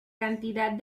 cantidad